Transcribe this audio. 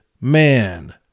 Man